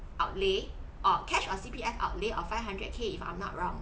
outlay or cash or C_P_F outlay or five hundred k if I'm not wrong